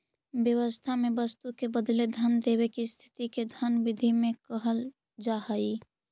व्यवस्था में वस्तु के बदले धन देवे के स्थिति के धन विधि में कहल जा हई